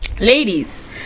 ladies